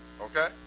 Okay